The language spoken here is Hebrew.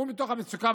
מתוך המצוקה